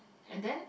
and then